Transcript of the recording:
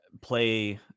play